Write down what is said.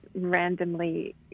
randomly